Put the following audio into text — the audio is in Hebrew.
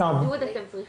דמי בידוד, מה אתם צריכים?